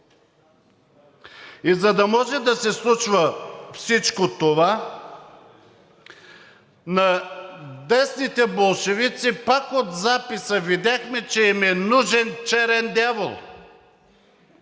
И за да може да се случва всичко това, на десните болшевики пак от записа видяхме, че им е нужен „черен дявол“